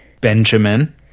Benjamin